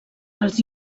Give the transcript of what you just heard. els